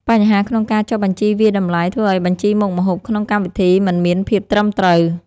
បញ្ហាក្នុងការចុះបញ្ជីវាយតម្លៃ ធ្វើឱ្យបញ្ជីមុខម្ហូបក្នុងកម្មវិធីមិនមានភាពត្រឹមត្រូវ។